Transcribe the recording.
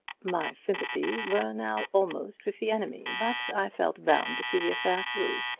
my sympathies were now almost with the enemy, but i felt bound to see the affair through.